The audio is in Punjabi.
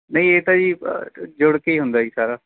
ਨਹੀਂ ਇਹ ਤਾਂ ਜੀ ਜੁੜ ਕੇ ਹੀ ਹੁੰਦਾ ਜੀ ਸਾਰਾ